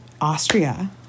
Austria